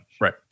right